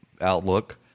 outlook